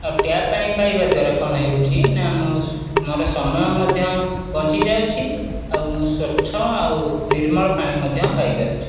ଆଉ ଟ୍ୟାପ ପାଣି ପାଇବା ଦ୍ୱାରା କଣ ହେଉଛି ନା ମୁଁ ମୋର ସମୟ ମଧ୍ୟ ବଞ୍ଚି ଯାଉଛି ଆଉ ମୁଁ ସ୍ୱଚ୍ଛ ଆଉ ନିର୍ମଳ ପାଣି ମଧ୍ୟ ପାଇ ପାରୁଛି